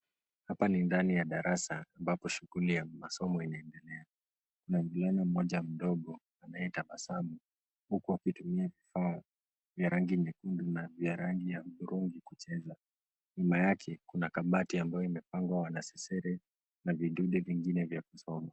Hapa ni ndani ya darasa ambapo shughuli ya masomo inaendelea. Kuna kijana mmoja mdogo anayetabasamu huku akitumia kifaa vya rangi nyekundu na rangi ya bluu kucheza. Nyuma yake kuna kabati ambalo limechorwa wanasesele na vidunde vingine vya kusoma.